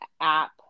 app